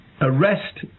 arrest